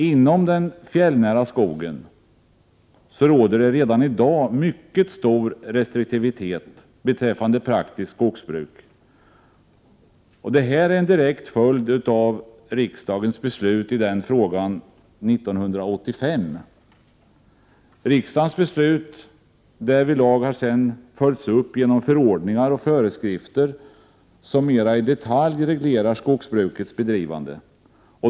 I fråga om den fjällnära skogen råder det redan i dag mycket stor restriktivitet beträffande praktiskt skogsbruk. Detta är en direkt följd av riksdagens beslut i denna fråga 1985. Riksdagens beslut har följts upp genom förordningar och föreskrifter som mera i detalj reglerar skogsbrukets bedrivande.